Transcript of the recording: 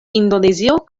indonezio